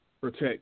protect